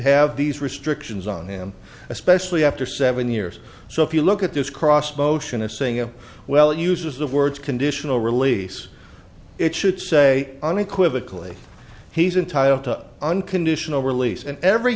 have these restrictions on him especially after seven years so if you look at this cross motion of saying oh well uses of words conditional release it should say unequivocally he's entitled to an unconditional release and every